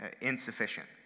insufficient